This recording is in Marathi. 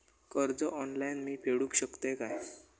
कर्ज ऑनलाइन मी फेडूक शकतय काय?